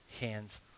hands